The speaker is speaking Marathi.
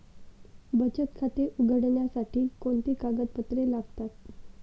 बचत खाते उघडण्यासाठी कोणती कागदपत्रे लागतात?